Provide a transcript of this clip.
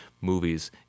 movies